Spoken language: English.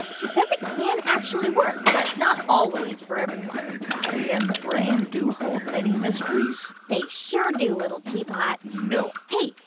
she says it can actually work but not always for everyone the body and the brain do hold many mysteries they sure do, little teapot no hey,